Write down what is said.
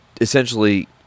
essentially